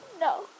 No